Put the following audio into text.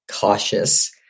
cautious